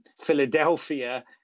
Philadelphia